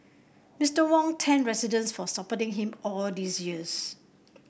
Mister Wong thanked residents for supporting him all these years